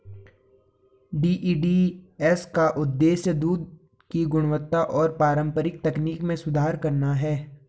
DEDS का उद्देश्य दूध की गुणवत्ता और पारंपरिक तकनीक में सुधार करना है